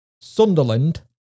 Sunderland